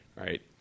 right